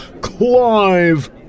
Clive